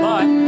Bye